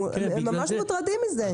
הם ממש מוטרדים מזה.